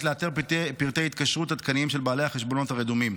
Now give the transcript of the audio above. לאתר פרטי התקשרות עדכניים של בעלי החשבונות הרדומים,